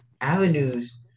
avenues